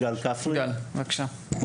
כפרי, בבקשה.